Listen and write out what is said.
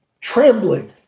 Trembling